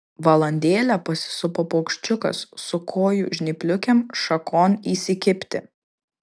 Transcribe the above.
valandėlę pasisupo paukščiukas su kojų žnypliukėm šakon įsikibti